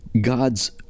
God's